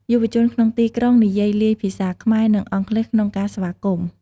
យុវជនក្នុងទីក្រុងនិយាយលាយភាសា ខ្មែរ និងអង់គ្លេសក្នុងការស្វាគមន៍។